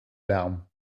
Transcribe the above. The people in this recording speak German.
lärm